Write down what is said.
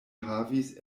havis